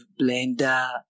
blender